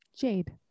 Jade